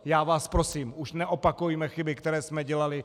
Já vás prosím, už neopakujme chyby, které jsme dělali.